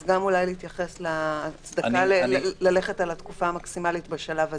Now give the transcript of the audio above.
אז אולי להתייחס להצדקה ללכת על התקופה המקסימלית בשלב הזה?